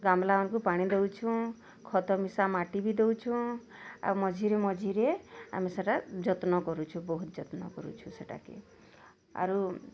ଗାମ୍ଲାମାନଙ୍କୁ ପାଣି ଦଉଛୁଁ ଖତ ମିଶା ମାଟି ବି ଦଉଛୁଁ ଆଉ ମଝିରେ ମଝିରେ ଆମେ ସେଟା ଯତ୍ନ କରୁଛୁ ବହୁତ୍ ଯତ୍ନ କରୁଛୁ ସେଟାକେ ଆରୁ